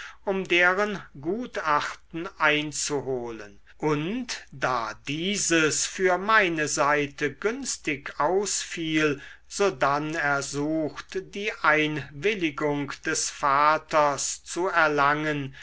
um deren gutachten einzuholen und da dieses für meine seite günstig ausfiel sodann ersucht die einwilligung des vaters zu erlangen